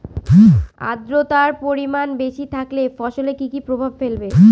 আদ্রর্তার পরিমান বেশি থাকলে ফসলে কি কি প্রভাব ফেলবে?